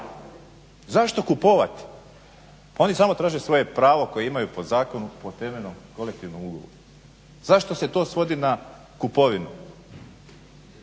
Zašto kupovati? Oni samo traže svoje pravo po zakonu po temeljnom kolektivnom ugovoru. Zašto se to svodi na kupovinu?